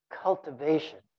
cultivation